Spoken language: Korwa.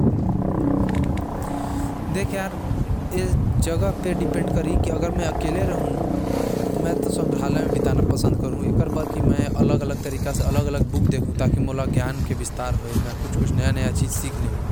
ए हर अलग अलग समय के बात हवे, अगर मैं अकेला होहुँ तो संग्रहालय जाहूं जहा मोके ज्ञान मिलहि अउ